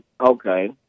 Okay